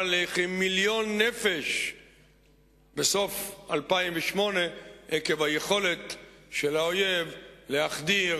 לכמיליון נפש בסוף 2008 עקב היכולת של האויב להחדיר